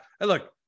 Look